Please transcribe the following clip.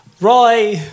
Roy